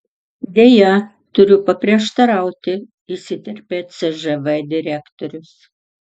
deja turiu paprieštarauti įsiterpė cžv direktorius